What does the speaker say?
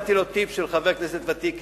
נתתי לו טיפ של חבר כנסת ותיק,